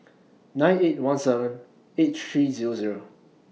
nine eight one seven eight three Zero Zero